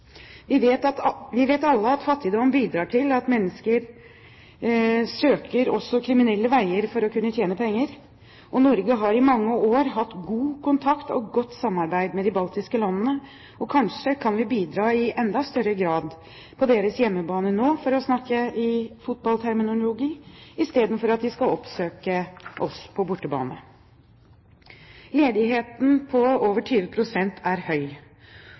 Vi vet alle at fattigdom bidrar til at mennesker søker kriminelle veier for å kunne tjene penger. Norge har i mange år hatt god kontakt og godt samarbeid med de baltiske landene, og kanskje kan vi nå bidra i enda større grad på deres hjemmebane, for å snakke i fotballterminologi, istedenfor at de skal oppsøke oss på bortebane. Ledighet på over 20 pst. er